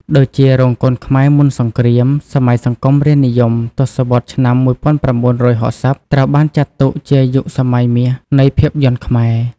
ដូចជា រោងកុនខ្មែរមុនសង្គ្រាម សម័យសង្គមរាស្ត្រនិយម ទសវត្សរ៍ឆ្នាំ១៩៦០ ត្រូវបានចាត់ទុកជាយុគសម័យមាសនៃភាពយន្តខ្មែរ។